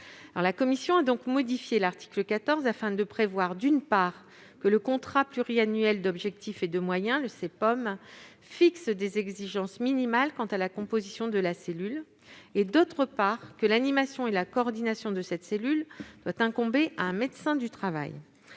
la commission a choisi de modifier l'article 14 afin de prévoir, d'une part, que le contrat pluriannuel d'objectifs et de moyens fixe des exigences minimales quant à la composition de la cellule, d'autre part, que l'animation et la coordination de cette cellule incombent à un médecin du travail.